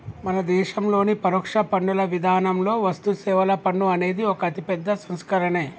మన దేశంలోని పరోక్ష పన్నుల విధానంలో వస్తుసేవల పన్ను అనేది ఒక అతిపెద్ద సంస్కరనే